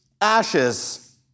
ashes